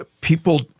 people